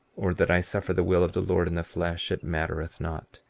or that i suffer the will of the lord in the flesh, it mattereth not,